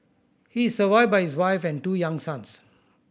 he is survived by his wife and two young sons